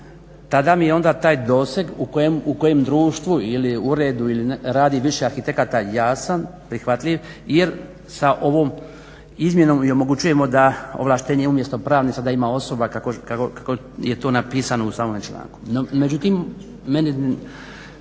tada mi je onda taj doseg u kojem društvu ili uredu radi više arhitekata, jasan, prihvatljiv jer sa ovom izmjenom i omogućujemo da ovlaštenje umjesto pravnih, sada ima osoba kako je to napisano u samome članku.